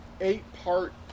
eight-part